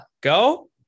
go